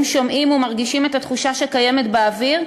שומעים ומרגישים את התחושה שקיימת באוויר,